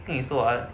跟你说 ah